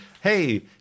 Hey